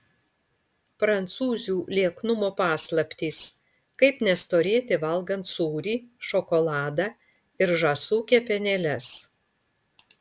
prancūzių lieknumo paslaptys kaip nestorėti valgant sūrį šokoladą ir žąsų kepenėles